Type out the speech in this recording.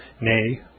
nay